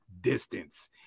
distance